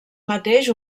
mateix